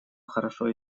хорошо